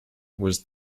was